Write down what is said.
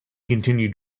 continued